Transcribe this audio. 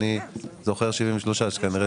אני זוכר 73 מיליון.